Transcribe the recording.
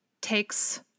takes